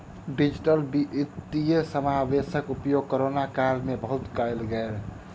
digital वित्तीय समावेशक उपयोग कोरोना काल में बहुत कयल गेल